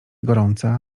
gorąca